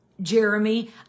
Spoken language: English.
Jeremy